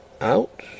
Out